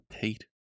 Tate